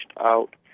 out